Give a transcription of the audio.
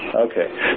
Okay